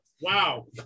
Wow